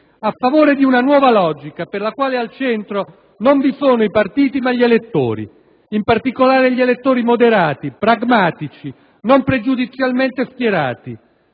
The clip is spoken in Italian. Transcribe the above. a favore di una nuova logica per la quale al centro non vi sono i partiti ma gli elettori. In particolare gli elettori moderati, pragmatici, non pregiudizialmente schierati;